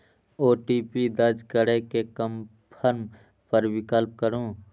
OTP दर्ज करै के कंफर्म पर क्लिक करू